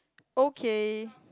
okay